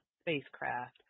spacecraft